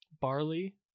barley